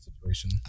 situation